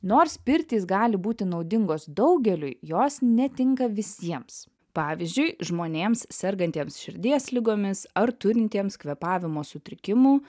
nors pirtys gali būti naudingos daugeliui jos netinka visiems pavyzdžiui žmonėms sergantiems širdies ligomis ar turintiems kvėpavimo sutrikimų